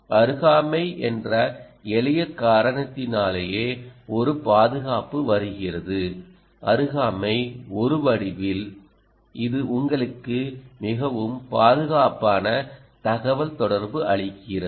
அருகாமை என்ற எளிய காரணத்தினாலேயே ஒரு பாதுகாப்பு வருகிறது அருகாமை ஒரு வடிவில் இது உங்களுக்கு மிகவும் பாதுகாப்பான தகவல்தொடர்பு அளிக்கிறது